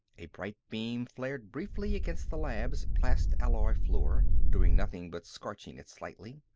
a bright beam flared briefly against the lab's plastalloy floor, doing nothing but scorching it slightly.